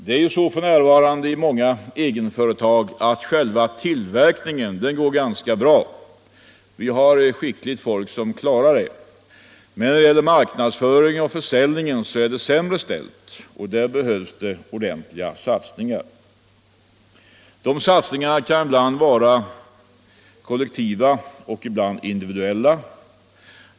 Det är ju så f.n. i många egenföretag att själva tillverkningen går relativt bra — vi har skickligt folk som klarar deta arbete — men när det gäller marknadsföringen och försäljningen är det sämre ställt, och där behövs det ordentliga satsningar. Dessa satsningar kan ibland vara kollektiva och ibland individuella.